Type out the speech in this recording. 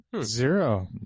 Zero